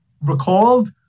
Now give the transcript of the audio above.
recalled